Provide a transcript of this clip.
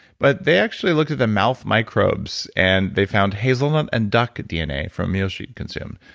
but they actually looked at the mouth microbes, and they found hazelnut and duck dna from a meal she'd consumed.